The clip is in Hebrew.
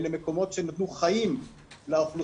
ואלה מקומות שנתנו חיים לאוכלוסיות